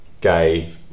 gay